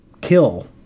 kill